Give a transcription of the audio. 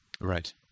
Right